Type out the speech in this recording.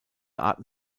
arten